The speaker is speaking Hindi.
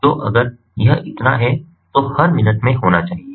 तो अगर यह इतना है तो हर मिनट में होना चाहिए